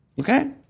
Okay